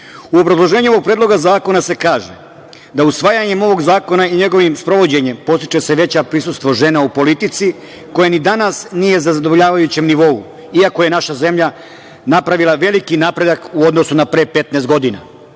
U obrazloženju Predloga zakona se kaže da usvajanjem ovog zakona i njegovim sprovođenjem podstiče se veće prisustvo žena u politici koje ni danas nije na zadovoljavajućem nivou iako je naša zemlja napravila veliki napredak u odnosu na pre 15 godina. Uvažene